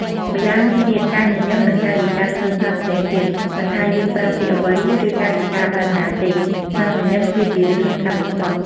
ម្យ៉ាងវិញទៀត ការញញឹម និងកាយវិការស្និទ្ធស្នាលផ្សេងទៀត មិនថាយើងប្រើពាក្យអ្វី ឬកាយវិការបែបណាទេ ស្នាមញញឹម គឺជារឿងសំខាន់បំផុត។